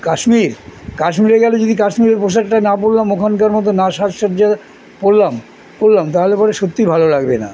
কাশ্মীর কাশ্মীরে গেলে যদি কাশ্মীরের পোশাকটা না পরলাম ওখানকার মতো না সাজসজ্জা পরলাম পরলাম তাহলে পরে সত্যিই ভালো লাগবে না